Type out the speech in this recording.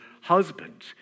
husband